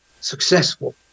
successful